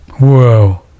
whoa